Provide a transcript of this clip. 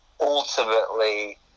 ultimately